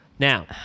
Now